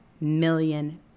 million